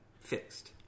Fixed